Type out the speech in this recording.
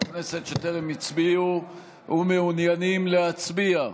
כנסת שטרם הצביעו ומעוניינים להצביע?